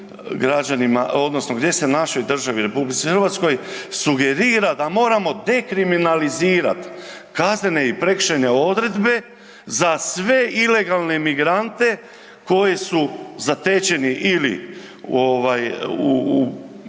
građanima odnosno gdje se našoj državi RH sugerira da moramo dekriminalizirat kaznene i prekršajne odredbe za sve ilegalne migrante koji su zatečeni ili ovaj